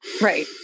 right